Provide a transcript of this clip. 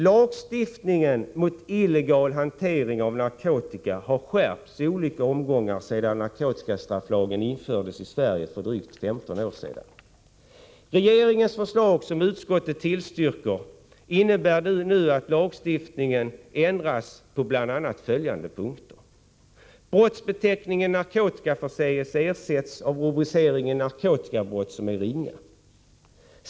Lagstiftningen mot illegal hantering av narkotika har skärpts i olika omgångar sedan narkotikastrafflagen infördes i Sverige för drygt 15 år sedan. Regeringens förslag, som utskottet tillstyrker, innebär att lagstiftningen ändras på bl.a. följande punkter: 2.